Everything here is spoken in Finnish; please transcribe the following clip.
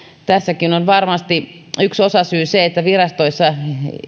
tässäkin on varmasti yksi osasyy se että virastoissa